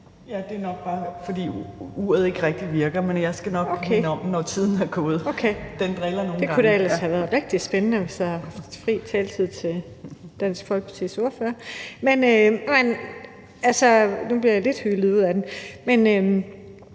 Det er nok bare, fordi uret ikke rigtig virker, men jeg skal nok minde om, når tiden er gået. Det driller nogle gange). Det kunne da ellers have været rigtig spændende, hvis jeg havde haft fri taletid i mit svar til Dansk Folkepartis ordfører. Nu blev jeg hylet lidt ud af den. Med